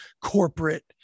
corporate